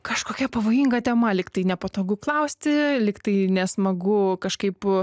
kažkokia pavojinga tema lyg tai nepatogu klausti lyg tai nesmagu kažkaip